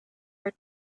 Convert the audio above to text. her